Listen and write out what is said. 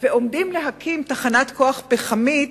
ועומדים להקים תחנת כוח פחמית,